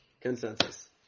Consensus